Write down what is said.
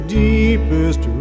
deepest